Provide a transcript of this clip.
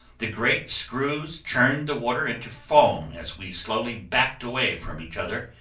the great screws churned the water into foam as we slowly backed away from each other,